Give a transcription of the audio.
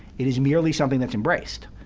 it is merely something that's embraced.